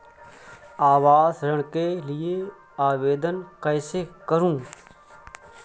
आवास ऋण के लिए आवेदन कैसे करुँ?